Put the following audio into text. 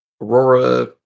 Aurora